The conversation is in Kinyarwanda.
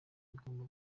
bigomba